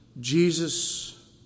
Jesus